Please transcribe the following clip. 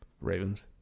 Ravens